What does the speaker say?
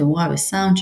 תאורה וסאונד,